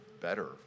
better